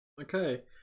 Okay